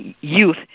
youth